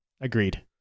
Agreed